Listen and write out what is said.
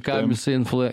kam jisai influe